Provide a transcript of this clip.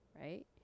Right